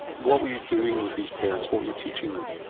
what were you doing with these parents, what were you teaching them?